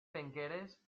penqueres